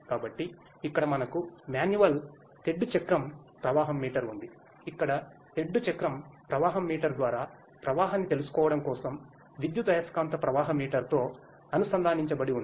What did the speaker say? కాబట్టి ఇక్కడ మనకు మాన్యువల్ తెడ్డు చక్రం ప్రవాహం మీటర్ ఉంది ఇక్కడ తెడ్డు చక్రం ప్రవాహం మీటర్ ద్వారా ప్రవాహాన్ని తెలుసుకోవడం కోసం విద్యుదయస్కాంత ప్రవాహ మీటర్తో అనుసంధానించబడి ఉంది